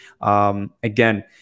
Again